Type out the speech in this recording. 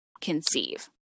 conceive